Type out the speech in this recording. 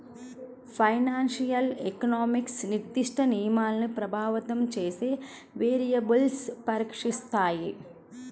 financial economics నిర్దిష్ట నిర్ణయాన్ని ప్రభావితం చేసే వేరియబుల్స్ను పరీక్షిస్తాయి